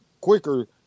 quicker